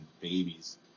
babies